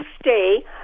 stay